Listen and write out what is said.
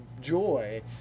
joy